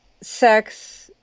sex